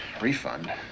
Refund